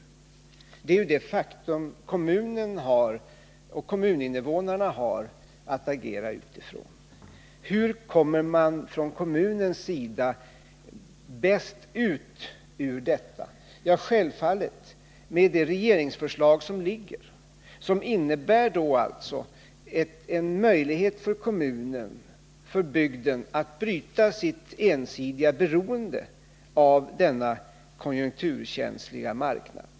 Utifrån detta faktum har kommuninvånarna att agera. Hur kommer kommunen bäst ut ur detta? Självfallet genom det föreliggande regeringsförslaget, som innebär en möjlighet för kommunen och bygden att bryta sitt ensidiga beroende av denna konjunkturkänsliga marknad.